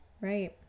Right